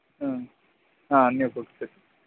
అన్ని బుక్సూ